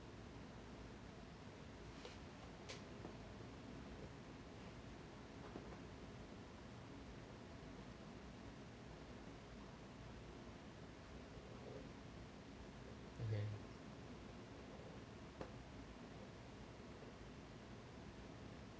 okay